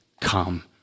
come